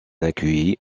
accueilli